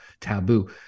taboo